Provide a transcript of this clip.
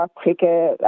cricket